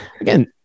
again